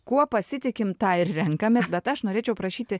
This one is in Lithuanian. kuo pasitikim tą ir renkamės bet aš norėčiau prašyti